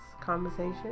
conversation